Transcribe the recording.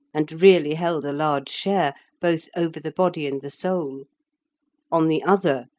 and really held a large share, both over the body and the soul on the other,